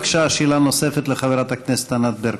בבקשה, שאלה נוספת לחברת הכנסת ענת ברקו.